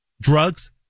drugs